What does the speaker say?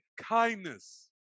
kindness